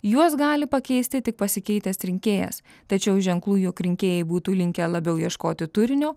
juos gali pakeisti tik pasikeitęs rinkėjas tačiau ženklų jog rinkėjai būtų linkę labiau ieškoti turinio